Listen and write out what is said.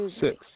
Six